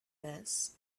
this